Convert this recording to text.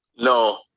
no